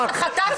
מארק,